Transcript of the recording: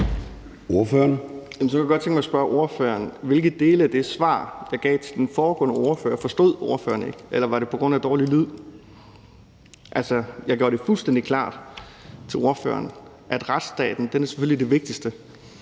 Så kunne jeg godt tænke mig at spørge spørgeren: Hvilke dele af det svar, jeg gav til den foregående spørger, forstod ordføreren ikke? Eller skyldes det dårlig lyd? Altså, jeg gjorde det fuldstændig klart over for spørgeren, at retsstaten selvfølgelig er det vigtigste.